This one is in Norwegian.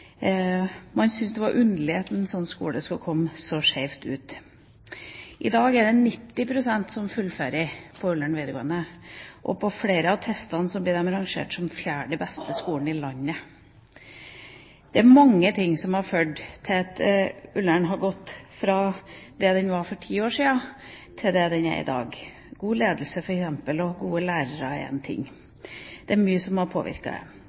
man syntes det var underlig at en slik skole skulle komme så skjevt ut. I dag fullfører 90 pst. på Ullern videregående skole, og på flere av testene blir den rangert som den fjerde beste skolen i landet. Det er mange ting som har ført til at Ullern har gått fra det den var for ti år siden, til det den er i dag, som f.eks. god ledelse og gode lærere. Det er mye som har påvirket dette. Men det